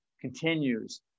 continues